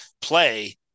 play